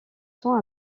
temps